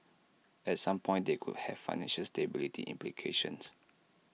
at some point they could have financial stability implications